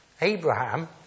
Abraham